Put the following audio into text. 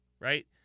right